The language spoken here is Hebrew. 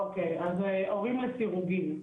אוקיי, אז הורים לסירוגין.